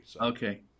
Okay